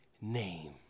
name